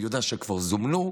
אני יודע שכבר זומנו,